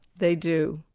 they do.